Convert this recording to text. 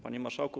Panie Marszałku!